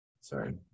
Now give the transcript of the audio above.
Sorry